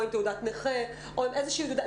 או עם תעודת נכה או עם איזושהי תעודה,